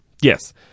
Yes